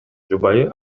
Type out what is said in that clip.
жубайы